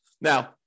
Now